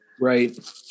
Right